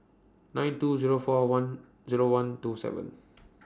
nine two Zero four Zero one two seven